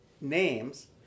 names